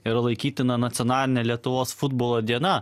yra laikytina nacionaline lietuvos futbolo diena